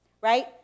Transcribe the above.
right